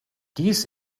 dies